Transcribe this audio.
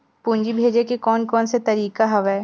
पूंजी भेजे के कोन कोन से तरीका हवय?